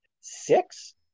Six